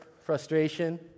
frustration